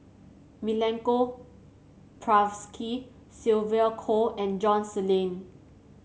Milenko Prvacki Sylvia Kho and John's Lain